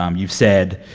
um you've said